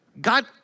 God